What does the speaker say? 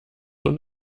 und